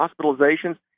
hospitalizations